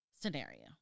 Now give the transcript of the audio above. scenario